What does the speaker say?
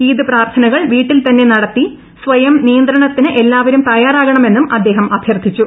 ഈദ് പ്രാർത്ഥനകൾ വീട്ടിൽ തന്നെ നടത്തി സ്വയം നിയന്ത്രണത്തിന് എല്ലാവരും തയ്യാറാകണമെന്നും അദ്ദേഹം അഭ്യർത്ഥിച്ചു